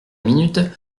minute